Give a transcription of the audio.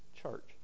church